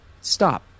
stop